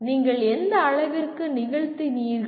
நீங்கள் எந்த அளவிற்கு நிகழ்த்தினீர்கள்